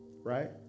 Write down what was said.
Right